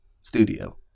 studio